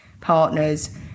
partners